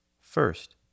First